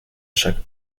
chaque